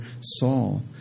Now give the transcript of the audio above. Saul